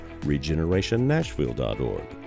regenerationnashville.org